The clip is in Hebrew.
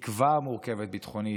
היא כבר מורכבת ביטחונית,